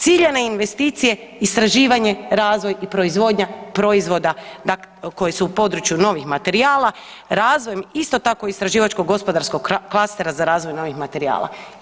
Ciljane investicije, istraživanje, razvoj i proizvodnja proizvoda koji su u području novih materijala, razvojem, isto tako istraživačko-gospodarskog klastera za razvoj novih materijala.